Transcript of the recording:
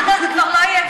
עד, לא יהיה גבאי.